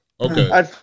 okay